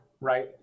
right